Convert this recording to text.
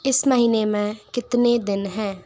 इस महीने में कितने दिन हैं